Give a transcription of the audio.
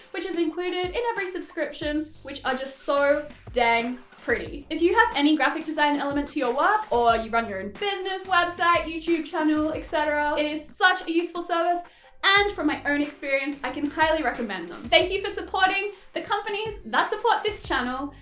which is included in every subscription, which are so. sort of dang. pretty. if you have any graphic design element to your work, or you run your own and business, website, youtube channel, etc, it is such a useful service and from my own experience i can highly recommend them. thank you for supporting the companies that support this channel!